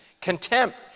contempt